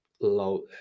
low